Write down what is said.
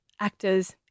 actors